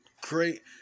great